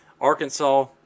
Arkansas